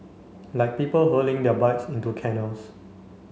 like people hurling their bikes into canals